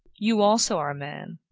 you also are a man.